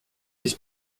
ich